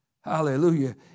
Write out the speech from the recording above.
Hallelujah